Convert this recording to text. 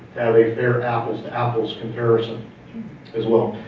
way fair apples to apples comparison as well.